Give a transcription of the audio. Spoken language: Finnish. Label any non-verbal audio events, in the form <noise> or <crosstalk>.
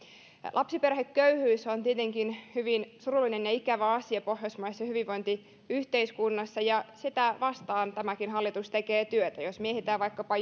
lapsiperheköyhyys on tietenkin hyvin surullinen ja ikävä asia pohjoismaisessa hyvinvointiyhteiskunnassa ja sitä vastaan tämäkin hallitus tekee työtä jos mietitään vaikkapa <unintelligible>